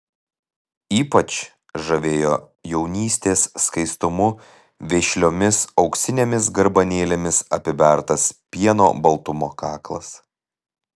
ypač žavėjo jaunystės skaistumu vešliomis auksinėmis garbanėlėmis apibertas pieno baltumo kaklas